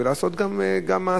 ולעשות גם מעשים.